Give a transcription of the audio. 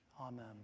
amen